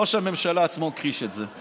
ראש הממשלה עצמו הכחיש את זה.